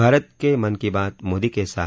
भारत के मन की बात मोदी के साथ